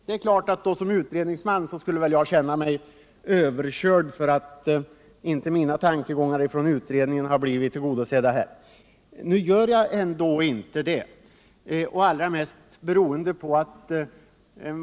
Som utredningsman är det klart att jag skulle känna mig överkörd därför att mina tankegångar i utredningen inte blivit hörsammade. Men det gör jag inte.